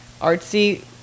artsy